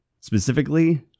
Specifically